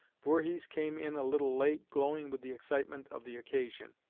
voorhees came in a little late, glowing with the excitement of the occasion.